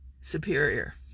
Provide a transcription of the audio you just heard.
superior